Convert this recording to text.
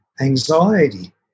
anxiety